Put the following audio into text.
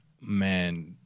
Man